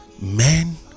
Men